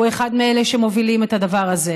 הוא אחד מאלה שמובילים את הדבר הזה,